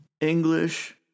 English